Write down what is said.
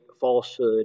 falsehood